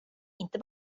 inte